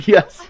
Yes